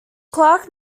clark